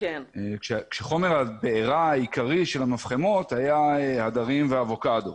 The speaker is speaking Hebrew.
וחומר הבערה העיקרי של המפחמות היה הדרים ואבוקדו.